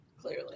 clearly